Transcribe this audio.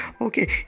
Okay